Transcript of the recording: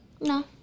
No